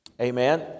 Amen